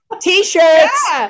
T-shirts